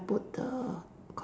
then I put the